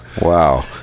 Wow